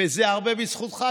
וזה הרבה בזכותך,